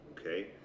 okay